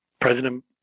President